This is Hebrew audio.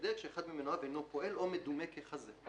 ההגדר כשאחד ממנועיו אינו פועל או מדומה ככזה".